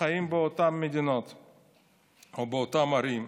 חיים באותן מדינות או באותן ערים.